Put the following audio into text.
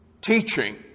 teaching